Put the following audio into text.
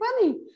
funny